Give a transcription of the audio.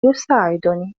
يساعدني